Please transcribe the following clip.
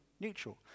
Neutral